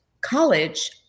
college